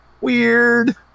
Weird